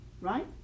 right